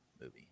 movie